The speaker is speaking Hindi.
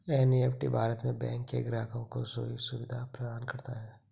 एन.ई.एफ.टी भारत में बैंक के ग्राहकों को ये सुविधा प्रदान करता है